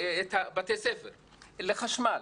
בתי הספר לחשמל.